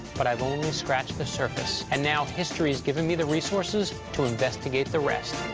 but i've only scratched the surface. and now history has given me the resources to investigate the rest.